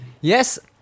Yes